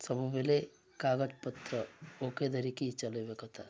ସବୁବେଳେ କାଗଜପତ୍ର ଓକେ ଧରିକି ଚଲେଇବା କଥା